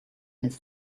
his